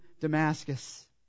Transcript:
Damascus